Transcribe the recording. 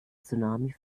tsunami